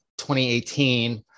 2018